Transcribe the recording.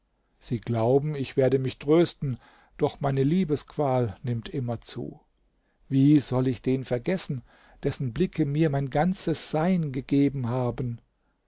sie glauben ich werde mich trösten doch meine liebesqual nimmt immer zu wie soll ich den vergessen dessen blicke mir mein ganzes sein gegeben haben